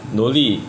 努力